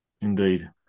Indeed